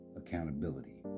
accountability